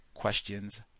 questions